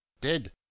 dead